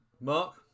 Mark